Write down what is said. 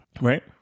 right